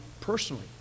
personally